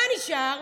מה נשאר?